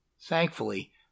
Thankfully